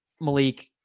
Malik